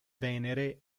venere